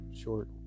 short